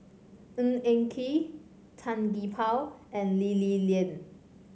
Ng Eng Kee Tan Gee Paw and Lee Li Lian